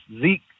Zeke